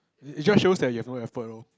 it it just shows that you have no effort lor